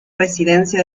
residencia